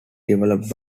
developed